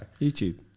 YouTube